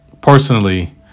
personally